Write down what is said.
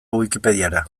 wikipediara